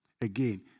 Again